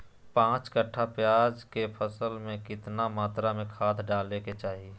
पांच कट्ठा प्याज के फसल में कितना मात्रा में खाद डाले के चाही?